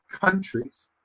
countries